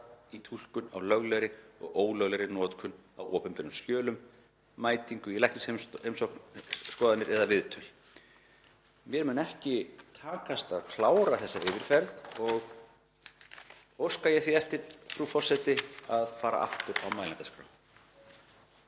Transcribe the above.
í túlkun á löglegri og ólöglegri notkun á opinberum skjölum, mætingu í læknisskoðanir eða viðtöl.“ Mér mun ekki takast að klára þessa yfirferð og óska ég því eftir, frú forseti, að fara aftur á mælendaskrá.